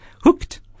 hooked